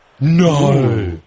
No